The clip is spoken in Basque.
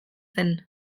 zen